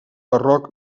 barroc